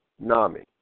NAMI